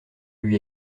lui